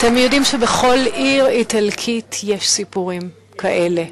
אתם יודעים שבכל עיר איטלקית יש סיפורים כאלה.